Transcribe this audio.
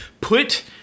put